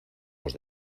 los